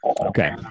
Okay